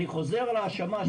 אני חוזר על ההאשמה.